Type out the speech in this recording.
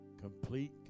complete